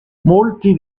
molti